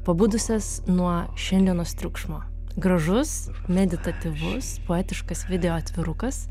pabudusias nuo šiandienos triukšmo gražus meditatyvus poetiškas videoatvirukas